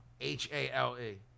h-a-l-e